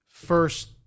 first